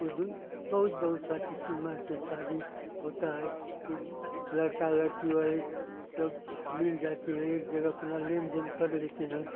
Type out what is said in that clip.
उस दिन बहुत बहुत सा टिटिम्मा से शादी होता है कि लड़का लड़की वाले सब मिल जाती हैं एक जगह अपना लेन देन कर लेते हैं